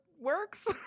works